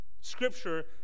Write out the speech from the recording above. Scripture